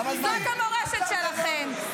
זאת המורשת שלכם.